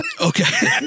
Okay